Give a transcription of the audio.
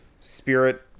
Spirit